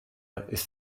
ist